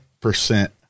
percent